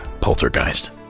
Poltergeist